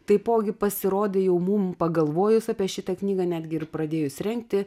taipogi pasirodė jau mum pagalvojus apie šitą knygą netgi ir pradėjus rengti